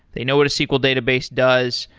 they know what a sql database does,